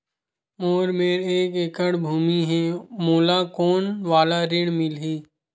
मोर मेर एक एकड़ भुमि हे मोला कोन वाला ऋण मिलही?